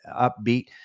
upbeat